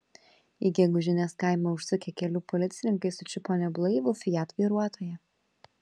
į gegužinės kaimą užsukę kelių policininkai sučiupo neblaivų fiat vairuotoją